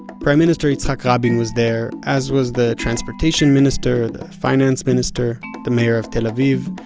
prime minister yitzhak rabin was there, as was the transportation minister, the finance minister, the mayor of tel aviv,